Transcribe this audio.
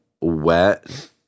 wet